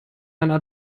einen